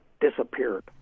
disappeared